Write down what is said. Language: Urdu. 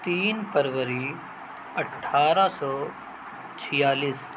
تین فروری اٹھارہ سو چھیالیس